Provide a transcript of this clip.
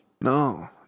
No